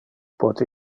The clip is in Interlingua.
pote